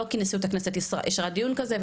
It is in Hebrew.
לא כי נשיאות הכנסת אישרה דיון כזה,